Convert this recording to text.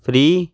free